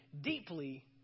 deeply